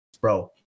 Bro